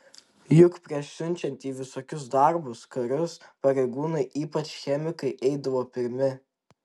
juk prieš siunčiant į visokius darbus karius pareigūnai ypač chemikai eidavo pirmi